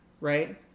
right